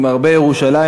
עם הרבה ירושלים,